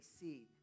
seed